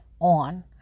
on